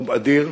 מו"פ אדיר,